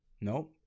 Nope